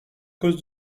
cause